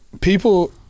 People